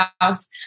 house